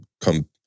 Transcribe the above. come